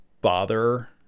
bother